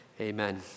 Amen